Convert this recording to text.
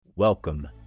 Welcome